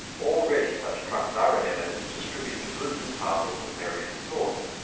already such trucks are in evidence distributing goods and parcels of various sorts.